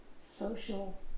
social